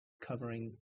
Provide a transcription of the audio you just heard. covering